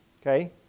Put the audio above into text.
Okay